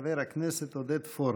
חבר הכנסת עודד פורר.